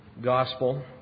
gospel